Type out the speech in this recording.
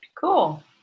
cool